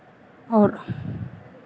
और